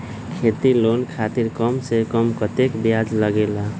खेती लोन खातीर कम से कम कतेक ब्याज लगेला?